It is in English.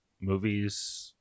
movies